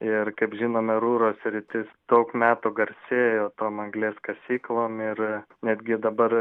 ir kaip žinome rūro sritis daug metų garsėjo tom anglies kasyklom ir netgi dabar